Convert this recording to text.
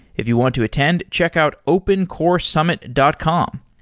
if you want to attend, check out opencoresummit dot com.